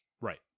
Right